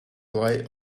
rely